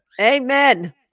Amen